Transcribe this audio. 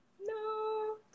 no